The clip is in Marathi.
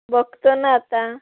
बघतो ना आता